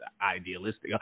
idealistic